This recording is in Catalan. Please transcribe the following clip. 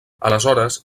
aleshores